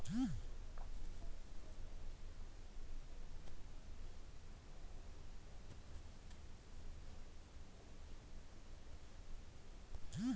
ಕೃಷಿ ಸೌಕರ್ಯ ನಿಧಿ ಯೋಜ್ನೆ ಕೃಷಿ ಉದ್ಯಮ ಸ್ಟಾರ್ಟ್ಆಪ್ ಕೃಷಿ ತಂತ್ರಜ್ಞಾನ ಅಳವಡ್ಸೋಕೆ ಸಹಾಯವಾಗಯ್ತೆ